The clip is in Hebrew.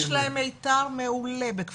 בכפר מנדא יש להם מיתר מעולה.